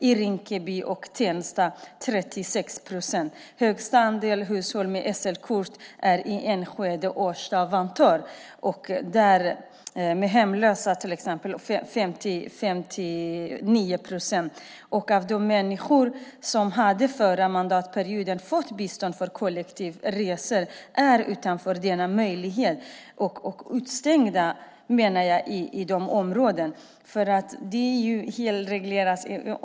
I Rinkeby och Tensta är andelen 36 procent. Högst andel hushåll med SL-kort finns i Enskede, Årsta och Vantör. Vad gäller hemlösa där är andelen 59 procent. De människor som under förra mandatperioden fått bistånd för kollektivresor står utanför denna möjlighet och är därmed instängda i sina områden.